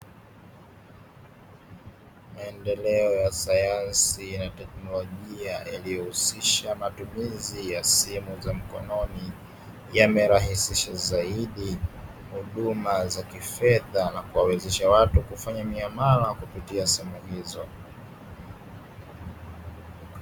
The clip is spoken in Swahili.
Maendeleo ya sayansi na teknolojia yaliyohusisha matumizi ya simu za mkononi yamerahisisha zaidi huduma za kifedha na kuwawezesha watu kufanya miamala kupitia simu hizo.